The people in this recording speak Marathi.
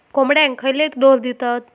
कोंबड्यांक खयले डोस दितत?